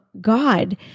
God